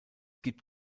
gibt